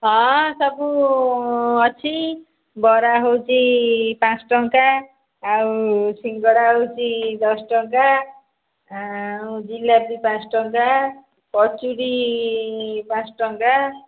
ହଁ ସବୁ ଅଛି ବରା ହେଉଛି ପାଞ୍ଚଟଙ୍କା ଆଉ ସିଙ୍ଗଡ଼ା ହେଉଛି ଦଶ ଟଙ୍କା ଆଉ ଜିଲାପି ପାଞ୍ଚ ଟଙ୍କା କଚୁଡ଼ି ପାଞ୍ଚ ଟଙ୍କା